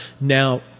Now